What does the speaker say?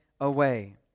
away